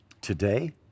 today